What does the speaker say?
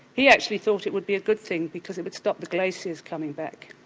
he actually thought it would be a good thing because it would stop the glaciers coming back.